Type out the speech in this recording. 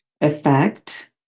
effect